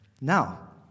Now